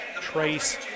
Trace